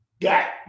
got